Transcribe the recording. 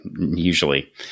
Usually